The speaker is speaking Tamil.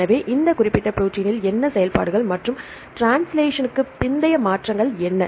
எனவே இந்த குறிப்பிட்ட ப்ரோடீனில் என்ன செயல்பாடுகள் மற்றும் ட்ரான்ஸ்லஷனல்க்கு பிந்தைய மாற்றங்கள் என்ன